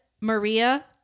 Maria